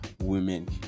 women